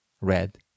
Red